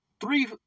three